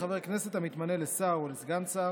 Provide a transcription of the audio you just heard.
לחבר כנסת המתמנה לשר או לסגן שר,